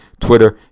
Twitter